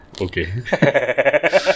Okay